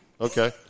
Okay